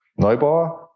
Neubauer